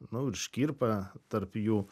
nu ir škirpa tarp jų